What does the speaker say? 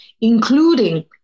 including